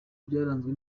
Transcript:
byaranzwe